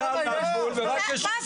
מה הפופוליזם הזה?